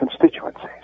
constituencies